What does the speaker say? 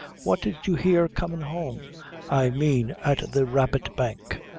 what did you hear comin' home i mean at the rabbit bank.